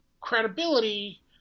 credibility